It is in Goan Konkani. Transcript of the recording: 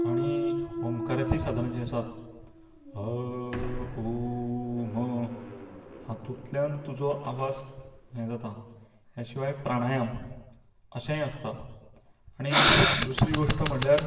आनी ओंकाराची सादनां जी आसात अ उ म्ह हातूंतल्यान तुजो आवाज हे जाता हे शिवाय प्राणायम अशेंय आसता आनी दुसरी गोश्ट म्हळ्यार